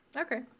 Okay